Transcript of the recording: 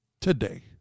today